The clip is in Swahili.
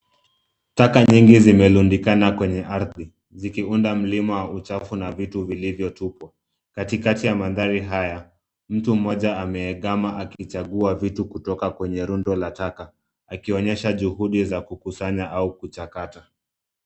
Taka nyingi zimerundikana kwenye ardhi, zikiunda mlima wa uchafu na vitu vilivyotupwa. Katikati ya mandhari haya, mtu mmoja ameegama akichagua vitu kutoka kwenye rundo la taka. Akionyesha juhudi za kukusanya au kuchakata.